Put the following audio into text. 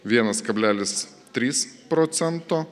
vienas kablelis trys procento